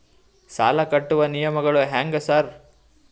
ಸಾಲ ಕಟ್ಟುವ ನಿಯಮಗಳು ಹ್ಯಾಂಗ್ ಸಾರ್?